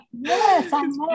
yes